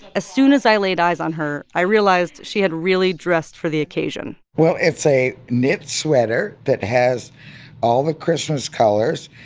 as soon as i laid eyes on her, i realized she had really dressed for the occasion well, it's a knit sweater that has all the christmas colors.